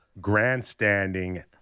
grandstanding